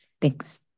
thanks